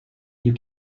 you